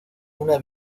una